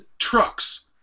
trucks